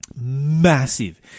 Massive